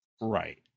Right